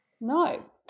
No